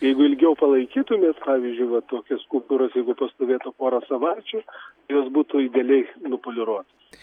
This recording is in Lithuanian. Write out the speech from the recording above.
jeigu ilgiau palaikytumėt pavyzdžiui va tokias skulptūras jeigu pastovėtų porą savaičių jos būtų idealiai nupoliruotos